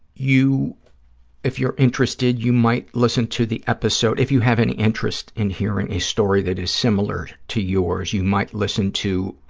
if you're interested, you might listen to the episode, if you have any interest in hearing a story that is similar to yours, you might listen to